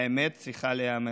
האמת צריכה להיאמר.